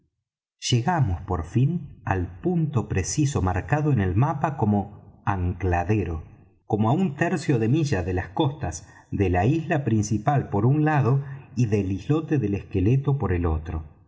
llegamos por fin al punto preciso marcado en el mapa como ancladero como á un tercio de milla de las costas de la isla principal por un lado y del islote del esqueleto por el otro